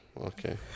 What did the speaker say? okay